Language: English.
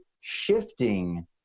shifting